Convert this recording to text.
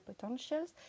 potentials